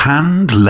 Hand